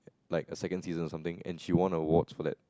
like a second season or something and she won awards for that